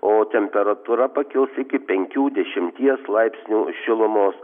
o temperatūra pakils iki penkių dešimties laipsnių šilumos